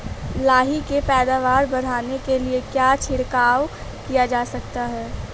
लाही की पैदावार बढ़ाने के लिए क्या छिड़काव किया जा सकता है?